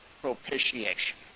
propitiation